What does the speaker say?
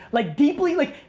like deeply, like,